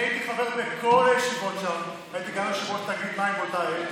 אני הייתי חבר בכל הישיבות שם והייתי גם יושב-ראש תאגיד מים באותה עת,